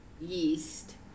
yeast